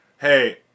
hey